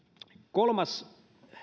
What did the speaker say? kolmas